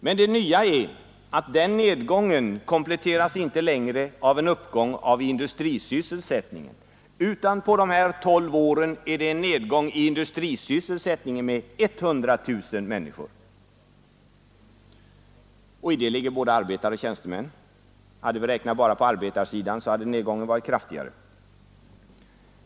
Men det nya är att nedgången inte längre kompletteras av en uppgång i industrisysselsättning, utan på dessa 12 år är det en nedgång i industrisysselsättningen med 100 000 människor, och det gäller både arbetare och tjänstemän. Hade vi räknat bara på arbetarsidan så hade nedgången varit kraftigare.